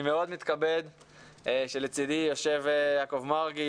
אני מאוד מתכבד כשלצידי יושב יעקב מרגי,